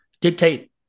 dictate